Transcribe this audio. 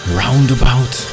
roundabout